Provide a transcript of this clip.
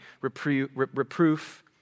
reproof